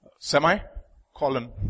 Semi-colon